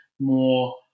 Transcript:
more